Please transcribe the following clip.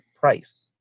price